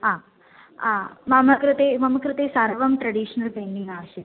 हा मम कृते मम कृते सर्वं ट्रेडिशनल् पेण्टिङ्ग् आवश्यकम्